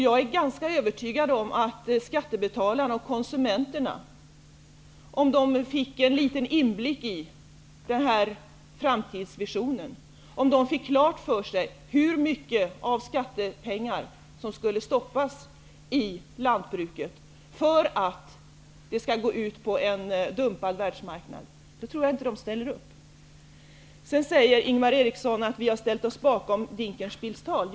Jag är ganska övertygad om att skattebetalarna och konsumenterna -- om de fick en liten inblick i denna framtidsvision, om de fick klart för sig hur mycket skattepengar som skulle stoppas i lantbruket för att det skall gå ut på en dumpad världsmarknad -- inte ställer upp. Ingvar Eriksson säger att vi har ställt oss bakom Ulf Dinkelspiels tal.